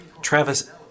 Travis